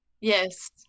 Yes